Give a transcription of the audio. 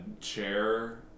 chair